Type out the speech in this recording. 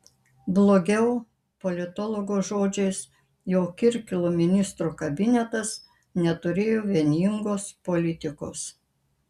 blogiau politologo žodžiais jog kirkilo ministrų kabinetas neturėjo vieningos politikos